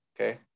Okay